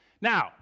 Now